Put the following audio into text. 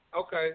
Okay